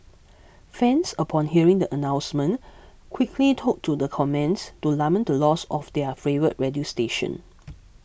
fans upon hearing the announcement quickly took to the comments to lament the loss of their favourite radio station